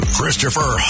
Christopher